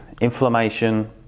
inflammation